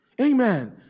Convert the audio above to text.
amen